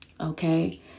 okay